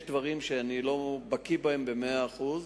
יש דברים שאני לא בקי בהם במאה אחוז,